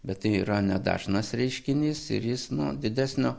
bet tai yra nedažnas reiškinys ir jis nu didesnio